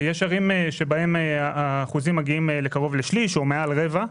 יש ערים שבהן שיעור התושבים מגיע כמעט לשליש או מעל לרבע,